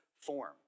form